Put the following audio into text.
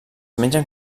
mengen